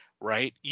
right